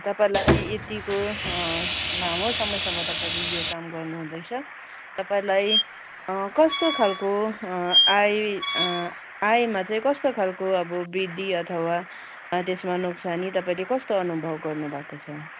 तपाईँलाई यतिको लामो समयसम्म तपाईँले यो काम गर्नु हुँदैछ तपाईँलाई कस्तो खालको आय आयमा चाहिँ कस्तो खालको अब बृद्धि अथवा त्यस्मा नोक्सानी तपाईँले कस्तो अनुभव गर्नुभएको छ